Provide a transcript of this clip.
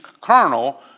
colonel